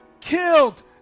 killed